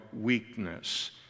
weakness